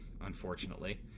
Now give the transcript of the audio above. unfortunately